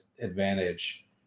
advantage